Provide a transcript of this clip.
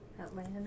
Atlanta